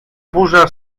burza